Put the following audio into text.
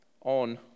on